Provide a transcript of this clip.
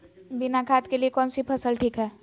बिना खाद के लिए कौन सी फसल ठीक है?